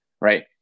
right